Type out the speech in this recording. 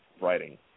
writing